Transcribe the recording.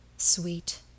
sweet